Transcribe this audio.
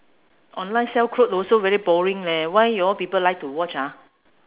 online sell clothes also very boring leh why you all people like to watch ah